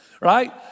right